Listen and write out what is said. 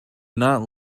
not